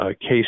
case